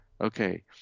Okay